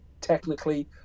technically